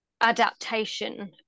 adaptation